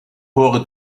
pour